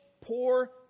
poor